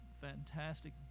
fantastic